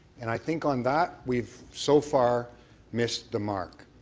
and i think on that we've so far missed the mark.